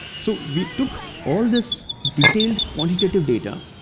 so we took all this detailed quantitative data,